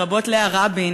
לרבות לאה רבין,